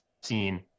seen